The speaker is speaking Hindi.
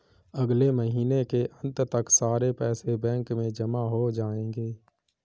अगले महीने के अंत तक सारे पैसे बैंक में जमा हो जायेंगे